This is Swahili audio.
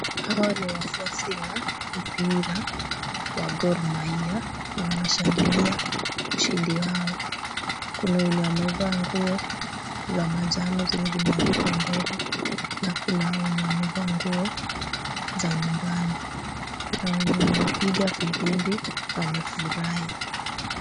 Hawa ni wafuasi wa mpira wa Gor Mahia na wanashangilia ushindi wao. Kuna wenye wamevaa nguo za manjano zenye zimeandikwa mbele na kuna wenye wamevaa nguo za nyumbani. Kuna wenye wanapiga firimbi na wamefurahi.